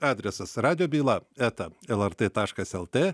adresas radijo byla eta el er tė taškas el tė